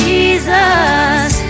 Jesus